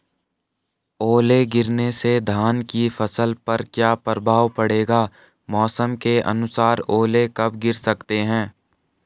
ओले गिरना से धान की फसल पर क्या प्रभाव पड़ेगा मौसम के अनुसार ओले कब गिर सकते हैं?